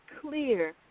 clear